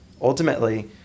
ultimately